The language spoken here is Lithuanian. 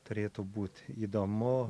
turėtų būt įdomu